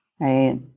Right